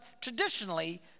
traditionally